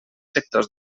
sectors